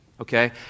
Okay